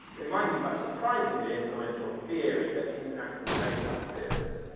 it might be quite surprisingly influential theory that international relations theorists